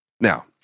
Now